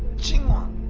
xinguang,